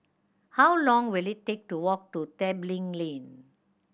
how long will it take to walk to Tebing Lane